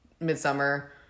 Midsummer